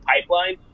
pipeline